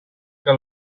que